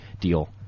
deal